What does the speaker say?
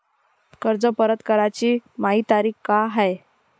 कर्ज परत कराची मायी तारीख का हाय?